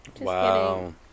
Wow